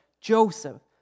Joseph